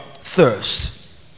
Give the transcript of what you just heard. thirst